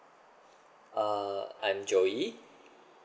uh I'm joey